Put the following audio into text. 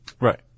Right